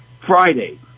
Friday